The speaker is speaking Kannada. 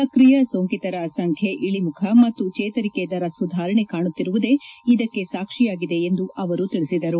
ಸಕ್ರಿಯ ಸೋತಿತರ ಸಂಖ್ಣಿ ಇಳಮುಖ ಮತ್ತು ಚೇತರಿಕೆ ದರ ಸುಧಾರಣೆ ಕಾಣುತ್ತಿರುವುದೇ ಇದಕ್ಕೆ ಸಾಕ್ಷಿಯಾಗಿದೆ ಎಂದು ಅವರು ತಿಳಿಸಿದರು